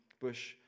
bush